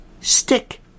stick